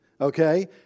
Okay